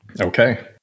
Okay